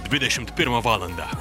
dvidešimt pirmą valandą